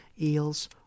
eels